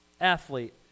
athlete